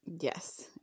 Yes